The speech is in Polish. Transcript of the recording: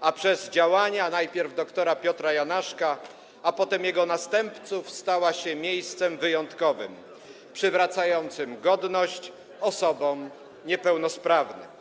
a przez działania najpierw dr. Piotra Janaszka, a potem jego następców stała się miejscem wyjątkowym, przywracającym godność osobom niepełnosprawnym.